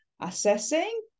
assessing